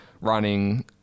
running